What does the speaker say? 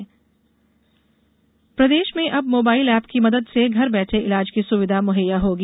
mobile app प्रदेश में अब मोबाईल एप की मदद से घर बैठे ईलाज की सुविधा मुहैया होगी